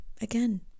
again